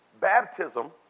Baptism